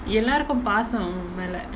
எல்லாருக்கும் பாசோ ஓமேல:ellarukum paaso omaela